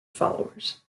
followers